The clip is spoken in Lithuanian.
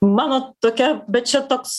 mano tokia bet čia toks